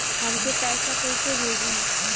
हमके पैसा कइसे भेजी?